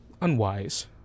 unwise